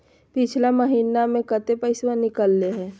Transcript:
पिछला महिना मे कते पैसबा निकले हैं?